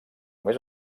més